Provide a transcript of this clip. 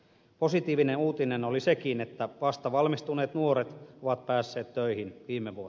positiivinen uutinen oli sekin että vastavalmistuneet nuoret ovat päässeet töihin viime vuo